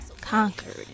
conquered